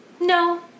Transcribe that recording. no